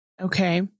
Okay